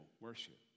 worship